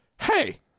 hey